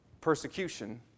Persecution